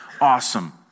awesome